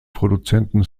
produzenten